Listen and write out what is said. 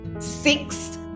six